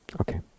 okay